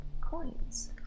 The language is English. coins